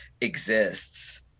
exists